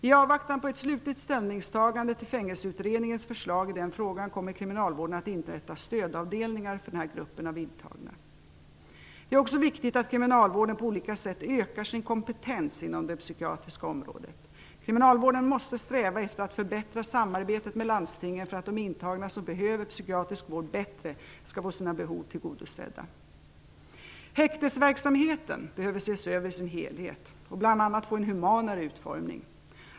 I avvaktan på ett slutligt ställningstagande till Fängelseutredningens förslag i frågan kommer kriminalvården att inrätta stödavdelningar för denna grupp av intagna. Det är också viktigt att kriminalvården på olika sätt ökar sin kompetens inom det psykiatriska området. Kriminalvården måste sträva efter att förbättra samarbetet med landstingen för att de intagna som behöver psykiatrisk vård bättre skall få sina behov tillgodosedda. Häktesverksamheten behöver ses över i sin helhet och bl.a. få en humanare utformning.